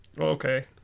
Okay